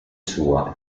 sua